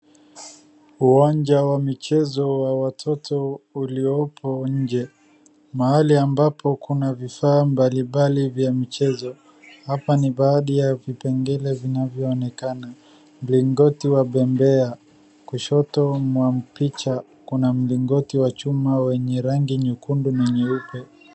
Uwanja wa michezo wa watoto uliopo nje mahali ambapo kuna vifaa mbalimbali vya michezo. Hapa ni baadhi ya vipengele vinavyoonekana, mlingoti wa bendera, kushoto mwa picha kuna mlingoti wa chuma wenye rangi nyekundu na nyeupe.